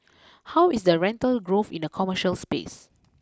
how is the rental growth in the commercial space